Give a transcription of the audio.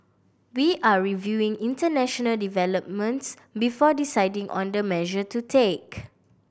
we are reviewing international developments before deciding on the measure to take